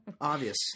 Obvious